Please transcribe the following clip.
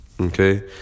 Okay